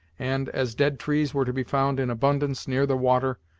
and, as dead trees were to be found in abundance near the water,